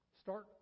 Start